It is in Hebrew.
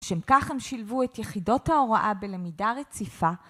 שהם כך הם שילבו את יחידות ההוראה בלמידה רציפה.